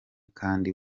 kandi